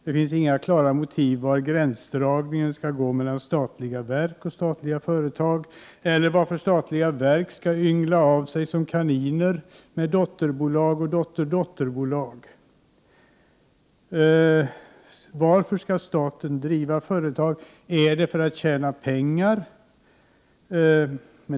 Det drogs inte upp några klara linjer för var gränsdragningen skall gå mellan statliga verk och statliga företag och gavs inte heller några klara motiv till att statliga verk skall yngla av sig som kaniner med dotterbolag och dotterdotterbolag. Varför skall staten driva företag? Är det för att tjäna pengar?